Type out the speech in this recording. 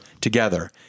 together